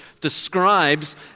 describes